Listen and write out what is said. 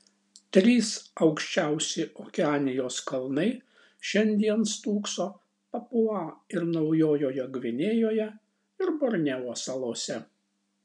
trys aukščiausi okeanijos kalnai šiandien stūkso papua ir naujojoje gvinėjoje ir borneo salose